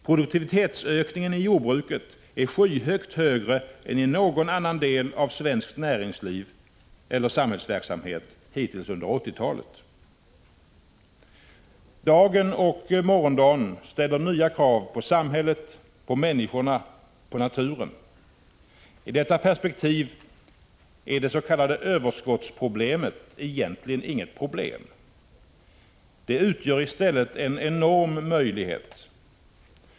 Produktivitetsökningen i jordbruket är skyhögt högre än i någon annan del av svenskt näringsliv eller samhällsverksamhet hittills under 1980-talet. Dagen och morgondagen ställer nya krav på samhället, på människorna och på naturen. I detta perspektiv är det s.k. överskottsproblemet egentligen inget problem. Det utgör i stället en enorm möjlighet.